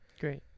Great